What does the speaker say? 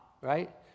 right